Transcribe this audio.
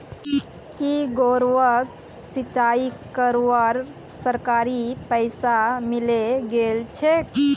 की गौरवक सिंचाई करवार सरकारी पैसा मिले गेल छेक